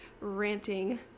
ranting